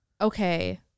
okay